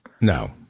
No